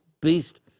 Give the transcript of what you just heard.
beast